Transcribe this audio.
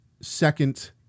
second